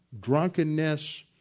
drunkenness